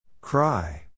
Cry